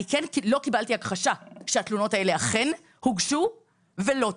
לא קיבלתי הכחשה שהתלונות האלה אכן הוגשו ולא טופלו.